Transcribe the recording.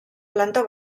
planta